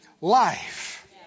life